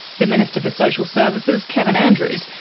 the minister for social services, kevin andrews,